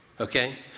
Okay